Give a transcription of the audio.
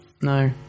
no